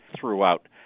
throughout